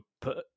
put